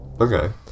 Okay